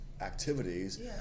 activities